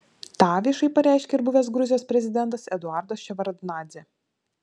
tą viešai pareiškė ir buvęs gruzijos prezidentas eduardas ševardnadzė